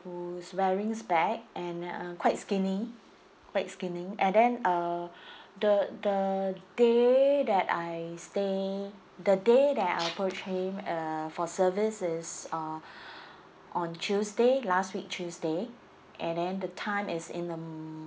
who's wearing spec and um quite skinny quite skinny and then uh the the day that I stay the day that I approach him uh for services is uh on tuesday last week tuesday and then the time as in the m~